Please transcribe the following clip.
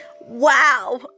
Wow